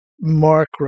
Mark